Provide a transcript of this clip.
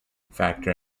factor